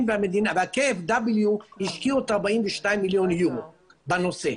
וה-KFW השקיעו את ה-42 מיליון יורו בנושא.